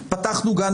חל.